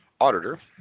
auditor